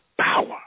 power